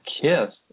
kiss